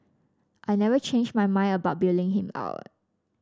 I never changed my mind about bailing him out